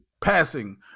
passing